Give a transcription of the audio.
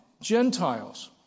Gentiles